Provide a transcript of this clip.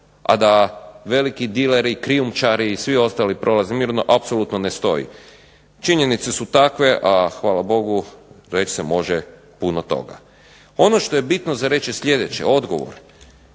a da veliki dileri, krijumčari i svi ostali prolaze mirno apsolutno ne stoji. Činjenice su takve, a hvala Bogu već se može puno toga. Ono što je bitno za reći je sljedeće, odgovor.